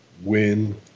Win